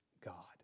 God